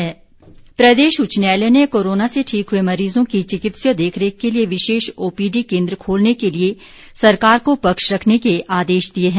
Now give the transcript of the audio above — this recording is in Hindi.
हाईकोर्ट प्रदेश उच्च न्यायालय ने कोरोना से ठीक हुए मरीजों की चिकित्सीय देखरेख के लिए विशेष ओपीडी केंद्र खोलने के लिए सरकार को पक्ष रखने के आदेश दिए हैं